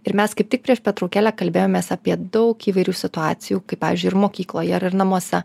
ir mes kaip tik prieš pertraukėlę kalbėjomės apie daug įvairių situacijų kai pavyzdžiui ir mokykloje ar ir namuose